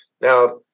now